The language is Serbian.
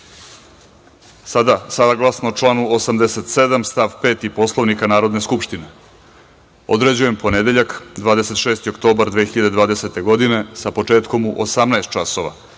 celini. Saglasno članu 87. stav 5. Poslovnika Narodne skupštine, određujem ponedeljak, 26. oktobar 2020. godine sa početkom u 18,00 časova,